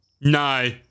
no